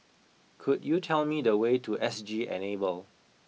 could you tell me the way to S G Enable